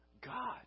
God